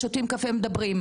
שותים קפה ומדברים.